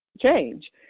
change